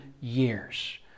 years